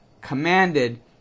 commanded